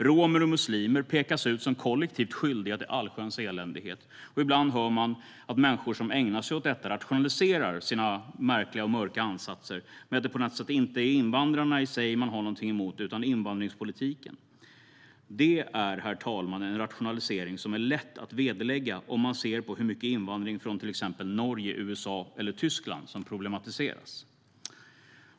Romer och muslimer pekas ut som kollektivt skyldiga till allsköns elände. Ibland hör man att människor som ägnar sig åt detta rationaliserar sina mörka ansatser med att det på något sätt inte är invandrarna i sig man har något emot utan invandringspolitiken. Det är, herr talman, en rationalisering som är lätt att vederlägga om man ser hur mycket invandringen från Norge, USA eller Tyskland problematiseras.